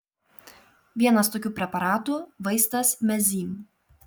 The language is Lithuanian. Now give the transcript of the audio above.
vienas tokių preparatų vaistas mezym